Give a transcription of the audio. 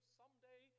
someday